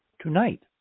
tonight